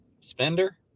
spender